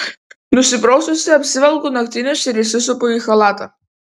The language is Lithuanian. nusipraususi apsivelku naktinius ir įsisupu į chalatą